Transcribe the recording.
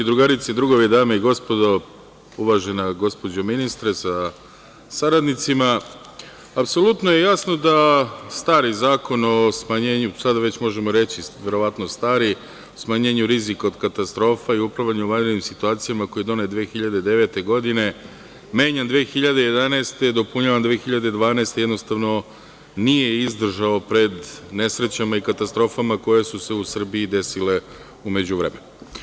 Drugarice i drugovi dame i gospodo narodni poslanici, uvažena gospođo ministre sa saradnicima, apsolutno je jasno da stari zakon o smanjenju, sada već možemo da kažemo, stari, smanjenju rizika od katastrofa i upravljanju vanrednih situacija koji je donet 2009. godine, menjan 2011. godine, dopunjavan 2012. godine, jednostavno nije izdržao pred nesrećama i katastrofama koje su se u Srbiji desile u međuvremenu.